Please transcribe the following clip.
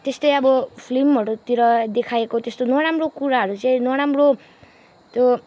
त्यस्तै अब फिल्महरूतिर देखाइएको त्यस्तो नराम्रो कुराहरू चाहिँ नराम्रो त्यो